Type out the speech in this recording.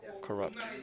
corrupt